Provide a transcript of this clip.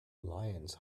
lions